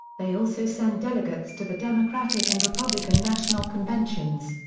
they also send delegates to the democratic and republican national conventions.